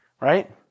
right